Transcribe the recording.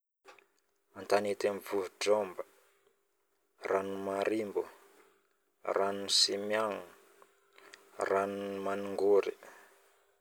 antanitin vohidraomba, ranon marimbogno, ranon simiagno, ranon maningôry